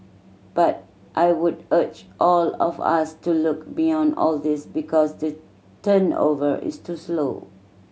but I would urge all of us to look beyond all these because the turnover is too slow